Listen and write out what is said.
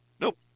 Nope